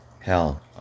Hell